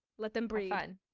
let them breed and